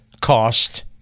cost